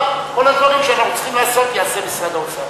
שאת כל הדברים שאנחנו צריכים לעשות יעשה משרד האוצר.